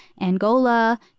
Angola